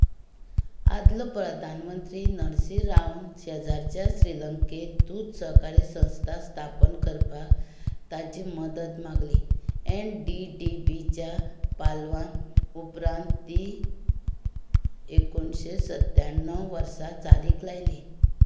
आदलो प्रधानमंत्री नरसिंह रावन शेजराच्या श्रिलंकेंत दूद सहकारी संस्था स्थापन करपाक ताची मदत मागली एन डी डी बीच्या पालवान उपरांत ती एकुणशें सत्त्याणव वर्सा चालीक लायली